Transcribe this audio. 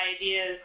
ideas